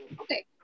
Okay